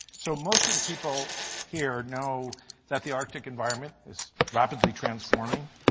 so, most of the people here, know that the arctic environment is rapidly transforming.